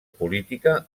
política